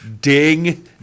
Ding